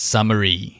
Summary